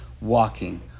walking